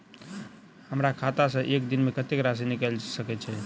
हमरा खाता सऽ एक दिन मे कतेक राशि निकाइल सकै छी